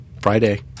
Friday